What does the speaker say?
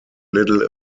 little